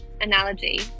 analogy